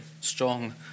strong